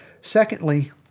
Secondly